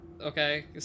okay